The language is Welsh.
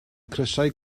crysau